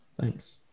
Thanks